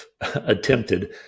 attempted